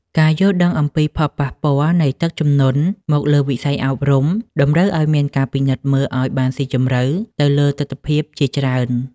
ការយល់ដឹងអំពីផលប៉ះពាល់នៃទឹកជំនន់មកលើវិស័យអប់រំ តម្រូវឱ្យមានការពិនិត្យមើលឱ្យបានស៊ីជម្រៅទៅលើទិដ្ឋភាពជាច្រើន។